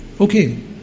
Okay